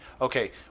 Okay